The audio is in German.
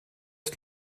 ist